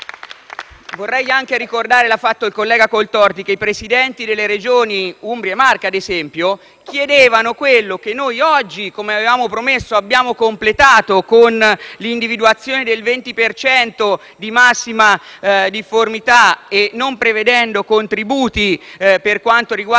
Vorrei anche ricordare - l’ha già fatto il collega Coltorti - che i Presidenti delle Regioni Umbria e Marche, ad esempio, chiedevano quello che noi oggi, come avevamo promesso, abbiamo completato, con l’individuazione del 20 per cento di massima difformità e non prevedendo contributi per quanto riguarda gli